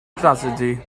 drasiedi